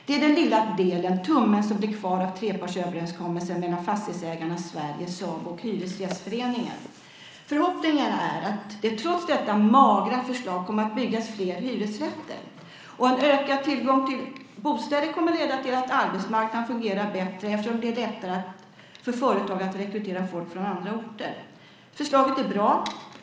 Det är den lilla delen, tummen, som blev kvar av trepartsöverenskommelsen mellan Fastighetsägarna Sverige, SABO och Hyresgästföreningen. Förhoppningen är att det trots detta magra förslag kommer att byggas fler hyresrätter. En ökad tillgång till bostäder kommer att leda till att arbetsmarknaden fungerar bättre, eftersom det blir lättare för företag att rekrytera folk från andra orter. Förslaget är bra.